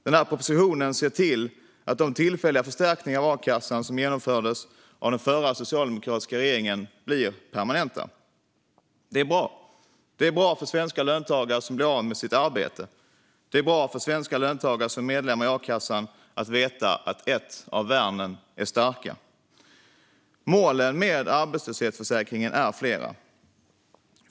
Den här propositionen ser till att de tillfälliga förstärkningar av a-kassan som genomfördes av den förra socialdemokratiska regeringen blir permanenta. Det är bra. Det är bra för svenska löntagare som blir av med sitt arbete. Det är bra för svenska löntagare som är medlemmar i a-kassan att veta att ett av värnen är starkt. Målen med arbetslöshetsförsäkringen är flera.